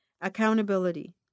Accountability